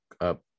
up